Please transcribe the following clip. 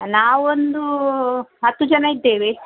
ನಾವೊಂದು ಹತ್ತು ಜನ ಇದ್ದೇವೆ